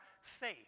faith